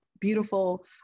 beautiful